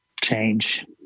change